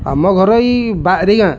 ଆମ ଘର ଇ ବାରିଗାଁ